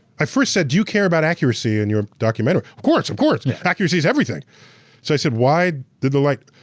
i first said, do you care about accuracy in your documentary? of course, of course, and accuracy is everything. so i said, why did the like